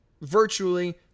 virtually